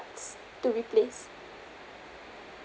to replace